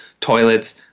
toilets